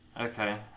Okay